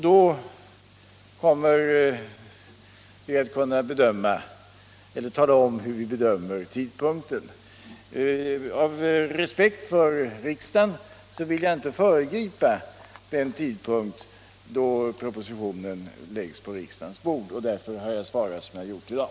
Då kommer vi att kunna tala om hur vi bedömer tidpunkten. Av respekt för riksdagen vill jag inte föregripa det tillfälle då propositionen läggs på riksdagens bord, och därför har jag svarat som jag har gjort i dag.